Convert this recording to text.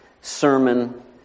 sermon